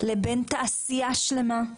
לבין תעשייה שלמה.